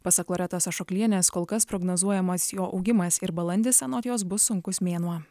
pasak loretos ašoklienės kol kas prognozuojamas jo augimas ir balandis anot jos bus sunkus mėnuo